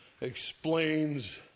explains